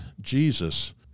Jesus